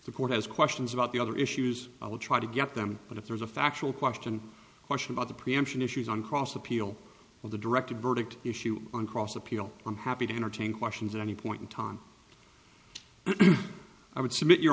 court has questions about the other issues i will try to get them but if there's a factual question question about the preemption issues on cross appeal with a directed verdict issue on cross appeal i'm happy to entertain questions at any point in time and i would submit your